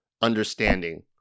understanding